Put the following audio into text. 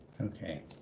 Okay